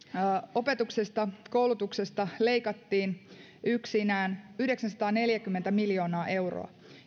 opetuksesta ja koulutuksesta leikattiin yksinään yhdeksänsataaneljäkymmentä miljoonaa euroa